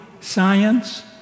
science